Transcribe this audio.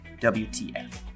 WTF